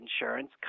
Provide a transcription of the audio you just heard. insurance